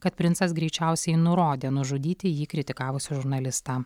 kad princas greičiausiai nurodė nužudyti jį kritikavusį žurnalistą